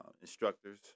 instructors